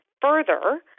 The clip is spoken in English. further